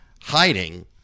hiding